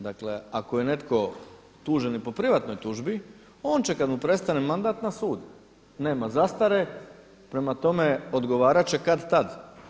Dakle ako je netko tužen i po privatnoj tužbi, on će kada mu prestane mandat na sud, nema zastare, prema tome odgovarat će kad-tad.